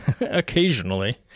Occasionally